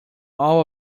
all